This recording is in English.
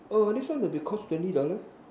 oh this one will be cost twenty dollar